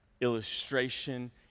illustration